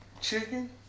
chicken